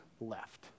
left